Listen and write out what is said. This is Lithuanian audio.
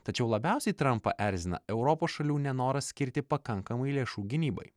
tačiau labiausiai trampą erzina europos šalių nenoras skirti pakankamai lėšų gynybai